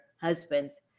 husbands